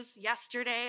yesterday